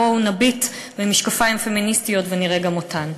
בואו נביט במשקפיים פמיניסטיים ונראה גם אותן.